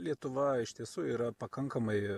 lietuva iš tiesų yra pakankamai